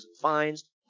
fines